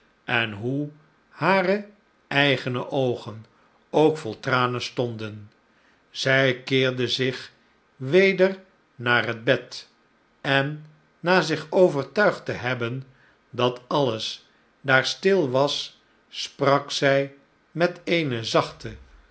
en hoe hare eigene oogen ook vol tranen stonden zij keerde zich weder naar het bed en na zich overtuigd te hebben dat alles daar stil was sprak zij met eene zachte